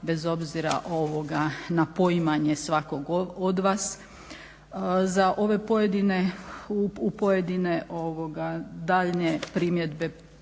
bez obzira na poimanje svakog od vas. Za ove pojedine daljnje primjedbe